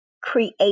create